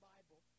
Bible